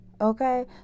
Okay